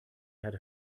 had